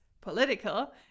political